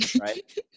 right